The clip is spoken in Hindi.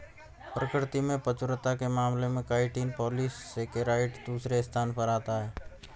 प्रकृति में प्रचुरता के मामले में काइटिन पॉलीसेकेराइड दूसरे स्थान पर आता है